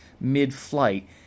mid-flight